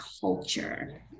culture